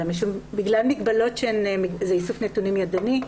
אלא בגלל שזה איסוף נתונים ידני.